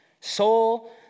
Soul